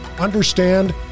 understand